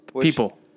People